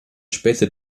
später